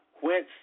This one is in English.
whence